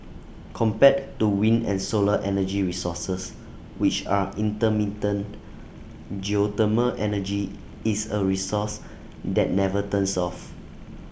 compared to wind and solar energy resources which are intermittent geothermal energy is A resource that never turns off